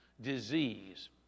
disease